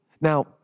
Now